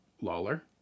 Lawler